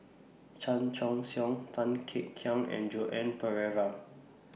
Chan Choy Siong Tan Kek Hiang and Joan Pereira